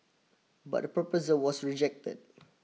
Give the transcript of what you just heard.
but the proposal was rejected